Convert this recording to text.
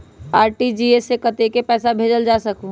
RTGS से कतेक पैसा भेजल जा सकहु???